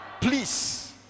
please